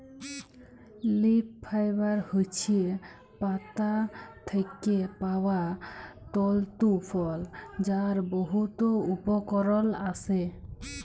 leaf fibre হছে পাতা থ্যাকে পাউয়া তলতু ফল যার বহুত উপকরল আসে